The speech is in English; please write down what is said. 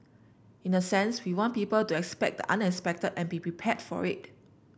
in a sense we want people to expect the unexpected and be prepared for it